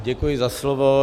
Děkuji za slovo.